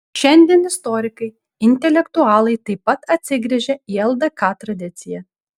šiandien istorikai intelektualai taip pat atsigręžią į ldk tradiciją